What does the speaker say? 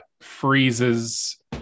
freezes